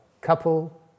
couple